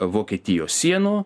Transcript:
vokietijos sienų